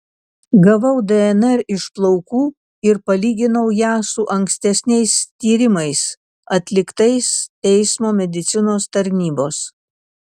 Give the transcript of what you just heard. gavau dnr iš plaukų ir palyginau ją su ankstesniais tyrimais atliktais teismo medicinos tarnybos